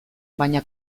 baina